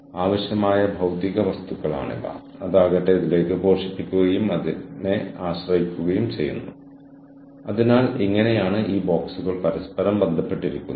പിന്നെ പരസ്പരബന്ധിതമായ നെറ്റ്വർക്കിംഗിന്റെ ലക്ഷ്യം നെറ്റ്വർക്കിന്റെ പ്രകടനത്തിന്റെ മെച്ചപ്പെടുത്തലുമായി ബന്ധപ്പെട്ടിരിക്കുന്നു